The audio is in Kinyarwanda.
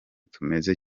tumeze